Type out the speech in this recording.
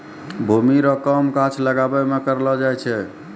भूमि रो काम गाछ लागाबै मे करलो जाय छै